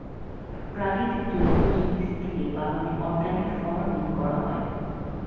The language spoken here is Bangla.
প্রাকৃতিক জৈব জিনিস দিয়ে বাগানে অর্গানিক ফার্মিং করা হয়